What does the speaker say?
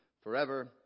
forever